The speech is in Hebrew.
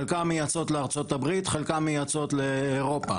חלקן מייצאות לארצות הברית, חלקן מייצאות לאירופה.